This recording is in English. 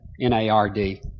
N-A-R-D